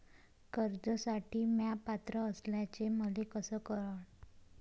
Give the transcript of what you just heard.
कर्जसाठी म्या पात्र असल्याचे मले कस कळन?